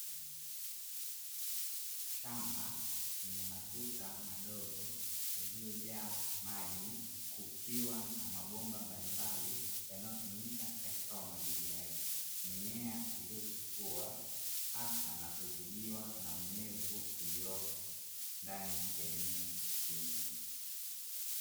Shamba lenye matuta madogo yaliyojaa maji kukiwana mabomba mbalimbali yanayotumika katika umwagiliaji, mimea iliyochipua hasa na kuzidiwa na unyevu uliopo ndani ya eneo hilo.